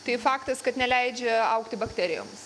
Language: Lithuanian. tai faktas kad neleidžia augti bakterijoms